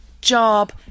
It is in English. job